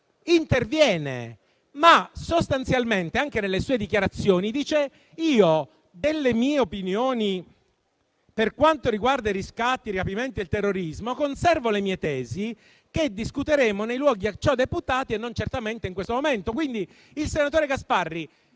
interviene, ma sostanzialmente anche nelle sue dichiarazioni dice che delle sue opinioni per quanto riguarda i riscatti, i rapimenti e il terrorismo, conserva le sue tesi che verranno discusse nei luoghi a ciò deputati e non certamente in quel momento. Pertanto, il senatore Gasparri